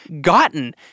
gotten